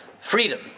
freedom